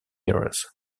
years